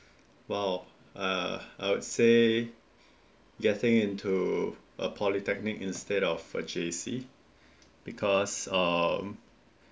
!wow! uh I would say getting into a polytechnic instead of a J_C because um